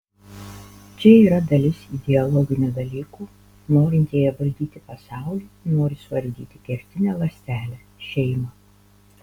čia yra dalis ideologinių dalykų norintieji valdyti pasaulį nori suardyti kertinę ląstelę šeimą